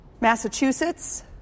Massachusetts